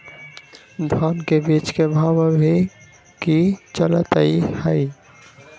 धान के बीज के भाव अभी की चलतई हई?